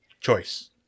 Choice